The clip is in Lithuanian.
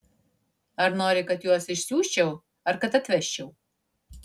ar nori kad juos išsiųsčiau ar kad atvežčiau